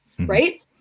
Right